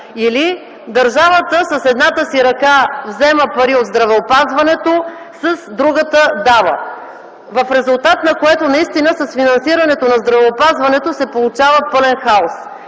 Или - държавата с едната си ръка взема пари от здравеопазването, с другата – дава, в резултат на което наистина с финансирането на здравеопазването се получава пълен хаос.